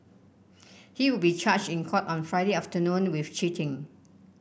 he will be charged in court on Friday afternoon with cheating